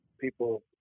people